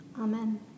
Amen